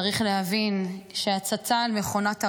צריך להבין שהצצה אל מכונת הרעל,